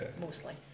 mostly